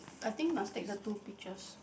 I think must take the two pictures